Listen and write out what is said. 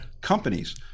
companies